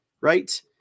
right